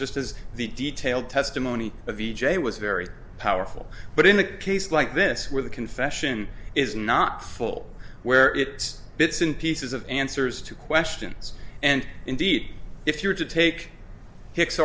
just as the detailed testimony of e j was very powerful but in a case like this where the confession is not full where it gets bits and pieces of answers to questions and indeed if you were to take hicks